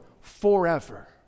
forever